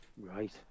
Right